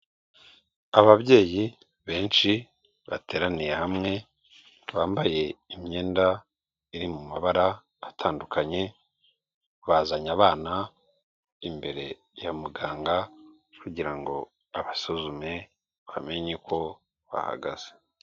Ababyeyi benshi bateraniye hamwe, bambaye imyenda iri mu mabara atandukanye, bazanye abana imbere ya muganga, kugira ngo abasuzume, bamenye uko bahagaze.